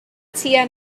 tua